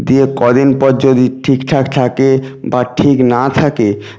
দিয়ে কদিন পর যদি ঠিকঠাক থাকে বা ঠিক না থাকে